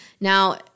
now